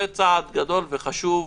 זה צעד גדול וחשוב,